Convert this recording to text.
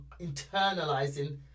internalizing